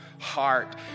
heart